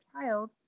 child